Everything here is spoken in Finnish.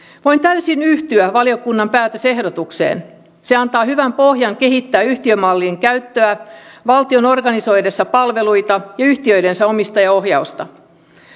voin täysin yhtyä valiokunnan päätösehdotukseen se antaa hyvän pohjan kehittää yhtiömallin käyttöä valtion organisoidessa palveluita ja yhtiöidensä omistajaohjausta